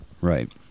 Right